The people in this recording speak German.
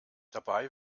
dabei